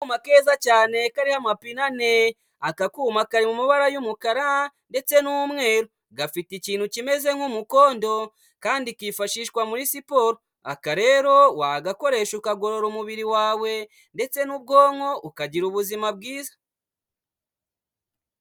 Akuma keza cyane kariho amapine ane. Aka kuma kari mu mabara y'umukara ndetse n'umweru, gafite ikintu kimeze nk'umukondo kandi kifashishwa muri siporo. Aka rero wagakoresha ukagorora umubiri wawe ndetse n'ubwonko ukagira ubuzima bwiza.